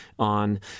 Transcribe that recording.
on